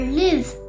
lives